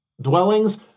dwellings